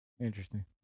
interesting